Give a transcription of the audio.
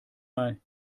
mal